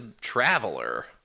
traveler